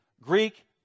Greek